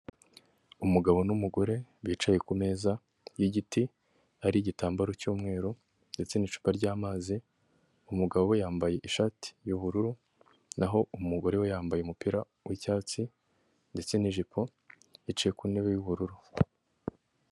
Umugabo n'umugore bicaye ku meza y'igiti hari igitambaro cy'umweru ndetse n'icupa ry'amazi, umugabo yambaye ishati y'ubururu naho umugore we yambaye umupira w'icyatsi ndetse n'ijipo yicaye ku ntebe y'ubururu.